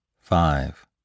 Five